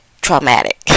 traumatic